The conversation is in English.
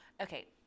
Okay